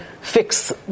fix